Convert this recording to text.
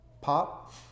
pop